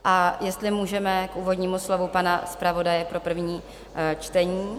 A jestli můžeme k úvodnímu slovu pana zpravodaje pro první čtení.